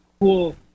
cool